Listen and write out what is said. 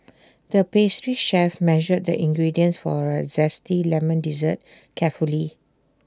the pastry chef measured the ingredients for A Zesty Lemon Dessert carefully